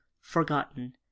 forgotten